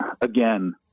again